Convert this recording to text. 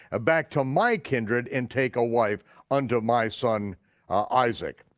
ah back to my kindred, and take a wife unto my son isaac.